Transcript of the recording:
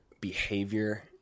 behavior